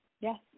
yes